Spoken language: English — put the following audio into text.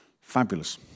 Fabulous